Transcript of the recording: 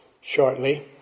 shortly